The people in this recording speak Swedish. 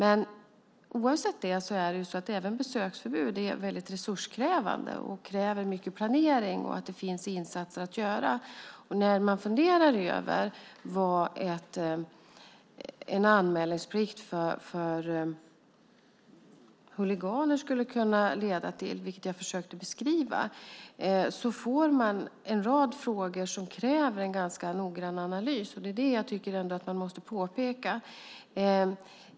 Oavsett det är även besöksförbud väldigt resurskrävande. Det kräver mycket planering och att det finns insatser att göra. När man funderar över vad en anmälningsplikt för huliganer skulle kunna leda till, vilket jag försökt att beskriva, får man en rad frågor som kräver en ganska noggrann analys. Det är det jag tycker att man ändå måste påpeka.